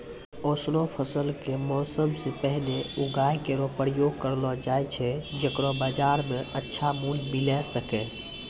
ऑसनो फसल क मौसम सें पहिने उगाय केरो प्रयास करलो जाय छै जेकरो बाजार म अच्छा मूल्य मिले सके